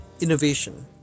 innovation